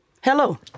Hello